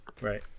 Right